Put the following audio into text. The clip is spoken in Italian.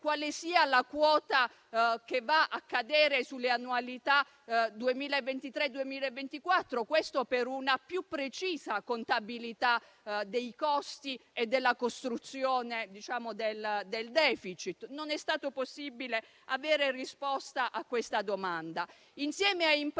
quale sia la quota che va a cadere sulle annualità 2023 e 2024, per una più precisa contabilità dei costi e della costruzione del *deficit*, ma non è stato possibile avere risposta a questa domanda. Insieme a imprese